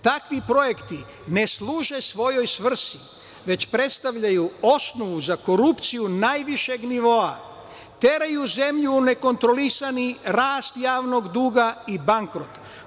Takvi projekti ne služe svojoj svrsi već predstavljaju osnovu za korupciju najvišeg nivoa, teraju zemlju u nekontrolisani rast javnog duga i bankrot.